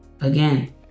again